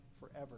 forever